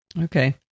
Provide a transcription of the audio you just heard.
Okay